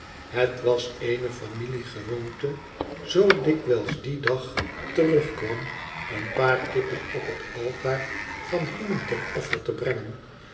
het was eene familie gewoonte zoo dikwijls die dag terugkwam een paar kippen op het altaar van hymen ten offer te brengen